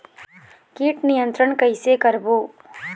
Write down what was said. कीट नियंत्रण कइसे करबो?